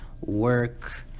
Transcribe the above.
work